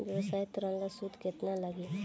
व्यवसाय ऋण ला सूद केतना लागी?